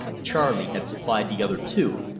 charley had supplied the other two,